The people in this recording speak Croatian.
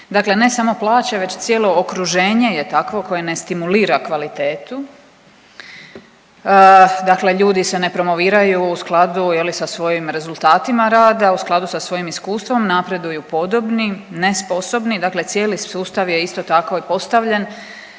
Dakle, ne samo plaće već cijelo okruženje je takvo koje ne stimulira kvalitetu, dakle ljudi se ne promoviraju u skladu je li sa svojim rezultatima rada, u skladu sa svojim iskustvom, napreduju podobni ne sposobni. Dakle, cijeli sustav je isto tako postavljen